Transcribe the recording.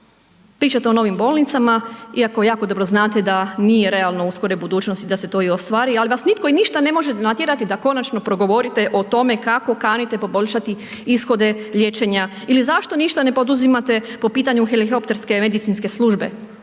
Pričate o novim bolnicama iako jako dobro znate da nije realno u skorijoj budućnosti da se to i ostvari ali vas nitko i ništa ne može natjerati da konačno progovorite o tome kako kanite poboljšati ishode liječenja ili zašto ništa ne poduzimate po pitanju helikopterske medicinske službe,